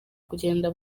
kugenda